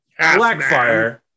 Blackfire